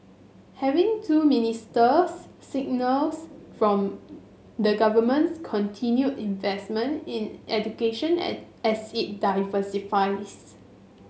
having two ministers signals from the government's continued investment in education at as it diversifies